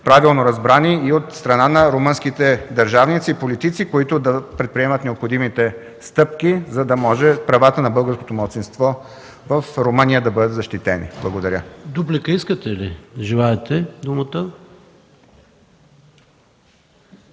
правилно разбрани и от страна на румънските държавници и политици, които да предприемат необходимите стъпки, за да може правата на българското малцинство в Румъния да бъдат защитени. Благодаря. ПРЕДСЕДАТЕЛ ПАВЕЛ ШОПОВ: Желаете ли